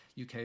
UK